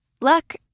Luck